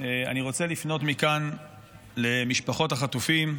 אני רוצה לפנות מכאן למשפחות החטופים,